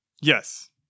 Yes